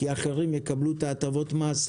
כי האחרים יקבלו את הטבות המס במקום.